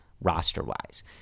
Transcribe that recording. roster-wise